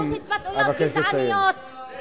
זה באמצעות התבטאויות גזעניות, ביקשת משפט סיום.